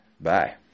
Bye